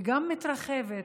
וגם מתרחבת,